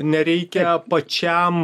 nereikia pačiam